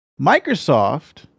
Microsoft